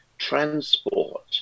transport